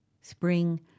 Spring